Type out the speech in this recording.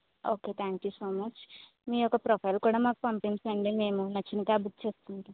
okay thank you so much మీ యొక్క profile కూడా మాకు పంపించండి మేము నచ్చిన క్యాబ్ బుక్ చేసుకుంటాం